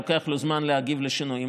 לוקח לו זמן להגיב לשינויים,